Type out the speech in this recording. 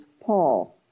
Paul